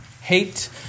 hate